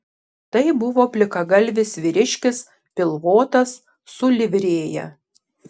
tai buvo plikagalvis vyriškis pilvotas su livrėja